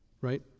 Right